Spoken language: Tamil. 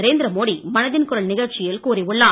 நரேந்திர மோடி மனதின் குரல் நிகழ்ச்சியில் கூறியுள்ளார்